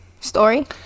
story